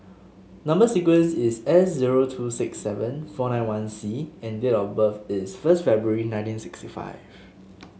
number sequence is S zero two six seven four nine one C and date of birth is first February nineteen sixty five